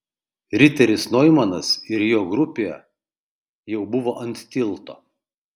riteris noimanas ir jo grupė jau buvo ant tilto